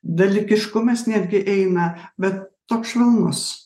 dalykiškumas netgi eina bet toks švelnus